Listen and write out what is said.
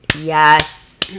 yes